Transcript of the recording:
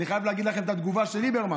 אני חייב להגיד לך מה התגובה של ליברמן,